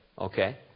Okay